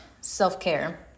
self-care